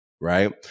right